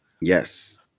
Yes